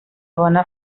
bona